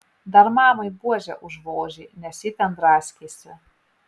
dar mamai buože užvožė nes ji ten draskėsi